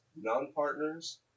non-partners